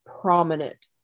prominent